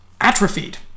atrophied